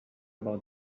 about